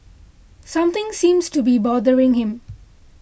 something seems to be bothering him